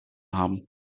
haben